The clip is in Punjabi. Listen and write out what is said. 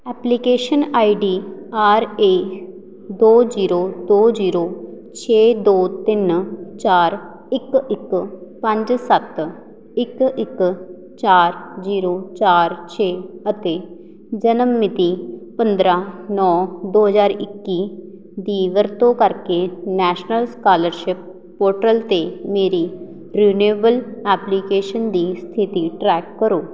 application I D R A ਦੋ ਜੀਰੋ ਦੋ ਜੀਰੋ ਛੇ ਦੋ ਤਿੰਨ ਚਾਰ ਇੱਕ ਇੱਕ ਪੰਜ ਸੱਤ ਇੱਕ ਇੱਕ ਚਾਰ ਜੀਰੋ ਚਾਰ ਛੇ ਅਤੇ ਜਨਮ ਮਿਤੀ ਪੰਦਰਾਂ ਨੌਂ ਦੋ ਹਜ਼ਾਰ ਇੱਕੀ ਦੀ ਵਰਤੋਂ ਕਰਕੇ ਨੈਸ਼ਨਲ ਸਕਾਲਰਸ਼ਿਪ ਪੋਰਟਲ 'ਤੇ ਮੇਰੀ ਰਿਨੇਵਲ ਐਪਲੀਕੇਸ਼ਨ ਦੀ ਸਥਿਤੀ ਟਰੈਕ ਕਰੋ